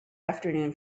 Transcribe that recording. afternoon